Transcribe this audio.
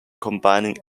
combining